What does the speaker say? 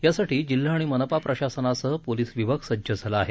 यासाठी जिल्हा आणि मनपा प्रशासनासह पोलीस विभाग सज्ज झाला आहे